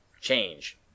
change